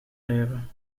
leven